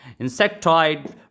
insectoid